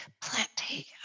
plenty